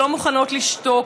שלא מוכנות לשתוק,